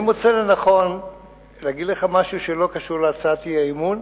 אני מוצא לנכון להגיד לך משהו שלא קשור להצעת האי-אמון,